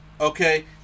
Okay